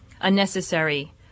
unnecessary